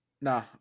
Nah